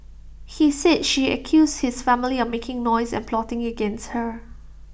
he said she accused his family of making noise and plotting against her